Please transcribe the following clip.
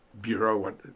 Bureau